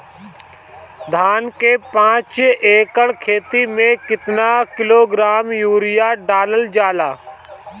धान के पाँच एकड़ खेती में केतना किलोग्राम यूरिया डालल जाला?